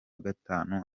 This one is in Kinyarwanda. gatanu